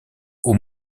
aux